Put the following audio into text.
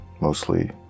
mostly